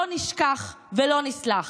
לא נשכח ולא נסלח.